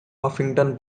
huffington